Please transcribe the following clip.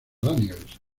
daniels